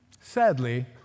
Sadly